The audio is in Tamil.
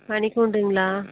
மணிக் கூண்டுங்களா